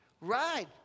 Ride